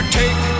take